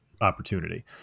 opportunity